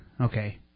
Okay